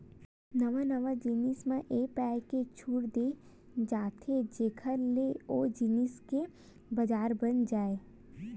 नवा नवा जिनिस म ए पाय के छूट देय जाथे जेखर ले ओ जिनिस के बजार बन जाय